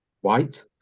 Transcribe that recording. white